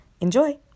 Enjoy